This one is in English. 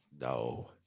No